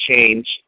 change